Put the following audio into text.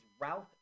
Ralph